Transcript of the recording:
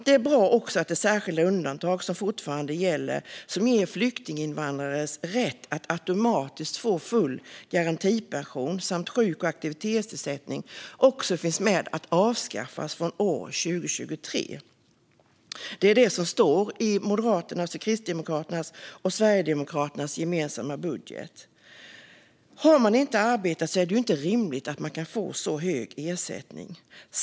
Det är också bra att det särskilda undantag som fortfarande gäller och som ger flyktinginvandrare rätt att automatiskt få full garantipension samt sjuk och aktivitetsersättning ska avskaffas från år 2023. Det är detta som står i Moderaternas, Kristdemokraternas och Sverigedemokraternas gemensamma budget. Har man inte arbetat är det ju inte rimligt att man kan få så hög ersättning.